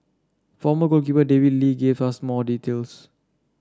former goalkeeper David Lee gave us more details